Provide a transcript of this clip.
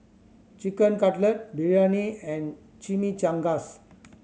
Chicken Cutlet Biryani and Chimichangas